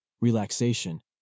relaxation